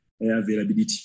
availability